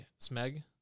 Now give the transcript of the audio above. Smeg